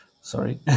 sorry